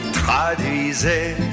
traduisait